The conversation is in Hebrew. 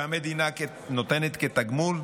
שהמדינה נותנת כתגמול,